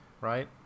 right